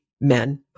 men